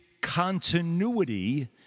continuity